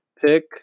pick